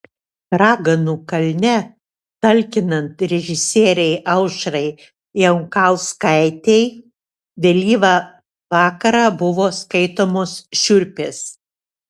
raganų kalne talkinant režisierei aušrai jankauskaitei vėlyvą vakarą buvo skaitomos šiurpės